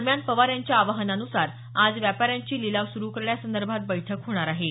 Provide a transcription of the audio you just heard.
दरम्यान पवार यांच्या आवाहनान्सार आज व्यापाऱ्यांची लिलाव सुरु करण्यासंदर्भात बैठक होणार आहे